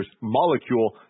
molecule